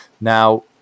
Now